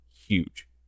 huge